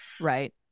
Right